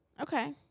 Okay